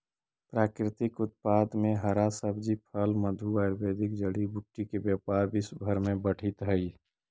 प्राकृतिक उत्पाद में हरा सब्जी, फल, मधु, आयुर्वेदिक जड़ी बूटी के व्यापार विश्व भर में बढ़ित हई